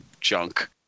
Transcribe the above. junk